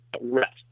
rest